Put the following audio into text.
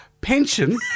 Pension